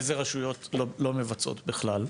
איזה רשויות לא מבצעות בכלל?